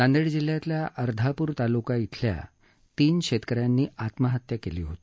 नांदेड जिल्ह्यातला अर्धापूर तालुका धिल्या तीन शेतकऱ्यांनी आत्महत्या केली होती